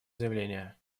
заявления